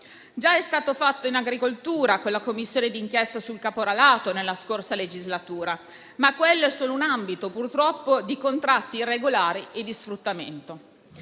Già è stato fatto in agricoltura con la Commissione di inchiesta sul caporalato, nella scorsa legislatura, ma quello è solo un ambito, purtroppo, di contratti irregolari e di sfruttamento.